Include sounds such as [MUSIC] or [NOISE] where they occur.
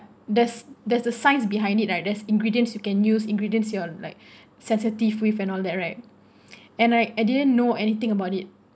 there's there's the science behind it right there's ingredients you can use ingredients you're like sensitive with and all that right [BREATH] and I I didn't know anything about it